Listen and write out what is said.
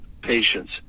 patience